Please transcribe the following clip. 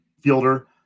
fielder